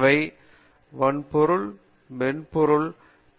அவை வன்பொருள் மென்பொருள்